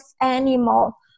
animal